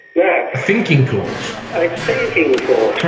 yeah a thinking course? a thinking course.